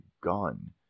gun